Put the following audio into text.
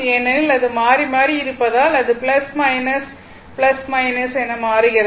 ஏனெனில் அது மாறி மாறி இருப்பதால் அது மைனஸ் மைனஸ் என மாறுகிறது